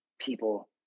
people